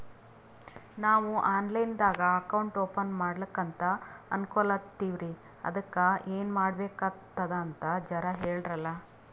ನಾವು online ದಾಗ account open ಮಾಡ್ಲಕಂತ ಅನ್ಕೋಲತ್ತೀವ್ರಿ ಅದಕ್ಕ ಏನ ಮಾಡಬಕಾತದಂತ ಜರ ಹೇಳ್ರಲ?